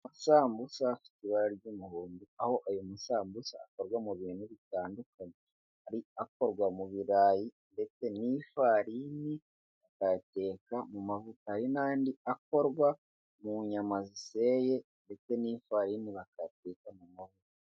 Amasambusa afite ibara ry'umuhondo aho ayo masambusa akorwa mu bintu bitandukanye, hari akorwa mu ibirayi ndetse n'ifarini uyateka mu mavutari n'andi akorwa mu nyama ziseye ndetse n'ifarini bakayateka mu mavuta.